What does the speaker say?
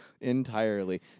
Entirely